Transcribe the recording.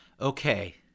Okay